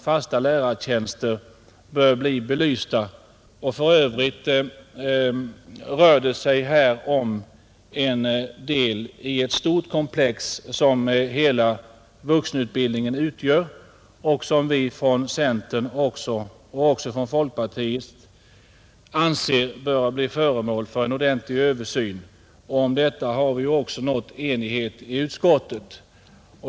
För övrigt rör det sig här om en del i det stora komplex som hela vuxenutbildningen utgör och som centerpar tiet och också folkpartiet anser bör bli föremål för en ordentlig översyn. Om detta har vi också nått enighet i utskottet.